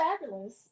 fabulous